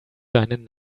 seinen